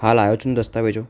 હા લાવ્યો છું ને દસ્તાવેજો